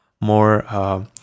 more